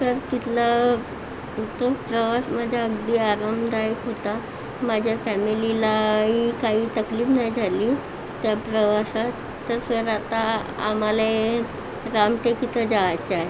sir तिथला तो प्रवास म्हणजे अगदी आरामदायक होता माझ्या फॅमिलीलाही काही तकलीफ नाही झाली त्या प्रवासात तर सर आता आ आम्हाले रामटेकडीकडं जायाचं आहे